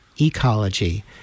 ecology